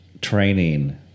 training